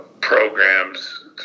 programs